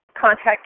contact